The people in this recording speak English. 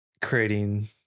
creating